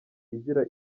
igira